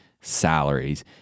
salaries